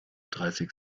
dreißig